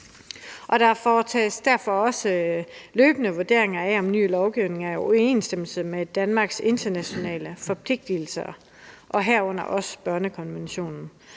der foretages derfor også løbende vurderinger af, om ny lovgivning er i overensstemmelse med Danmarks internationale forpligtelser, herunder børnekonventionen.